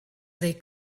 they